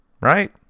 right